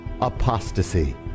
apostasy